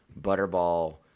Butterball